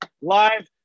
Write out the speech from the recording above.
Live